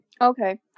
Okay